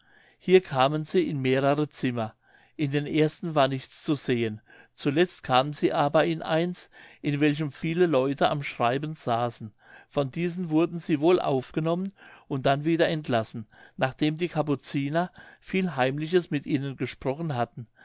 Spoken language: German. hier kamen sie in mehrere zimmer in den ersten war nichts zu sehen zuletzt kamen sie aber in eins in welchem viele leute am schreiben saßen von diesen wurden sie wohl aufgenommen und dann wieder entlassen nachdem die kapuziner viel heimliches mit ihnen gesprochen hatten